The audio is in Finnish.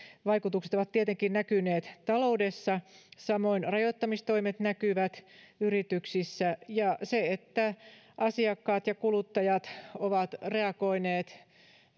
ovat tietenkin näkyneet taloudessa samoin rajoittamistoimet näkyvät yrityksissä ja se että asiakkaat ja kuluttajat ovat reagoineet